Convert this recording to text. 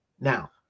Now